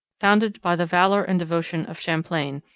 founded by the valour and devotion of champlain,